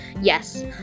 Yes